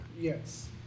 Yes